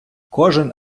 кожен